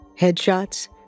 headshots